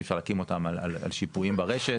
אי אפשר להקים אותם על שיפויים ברשת,